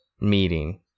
meeting